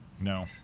No